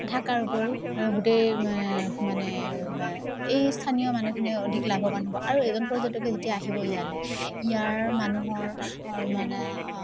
থাকাৰ উপৰিও গোটেই মানে এই স্থানীয় মানুহখিনি অধিক লাভৱান হ'ব আৰু এজন পৰ্যটকে যেতিয়া আহিব ইয়ালে ইয়াৰ মানুহৰ মানে